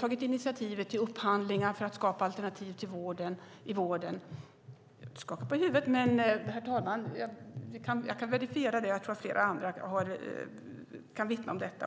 tagit initiativ till upphandlingar för att skapa alternativ i vården. Mats Gerdau skakar på huvudet, men jag kan verifiera det, herr talman, och även flera andra kan vittna om det.